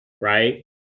right